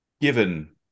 given